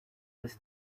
this